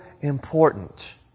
important